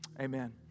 Amen